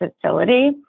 facility